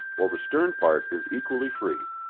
while the stern part is equally free.